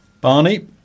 Barney